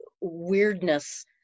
weirdness